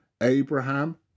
Abraham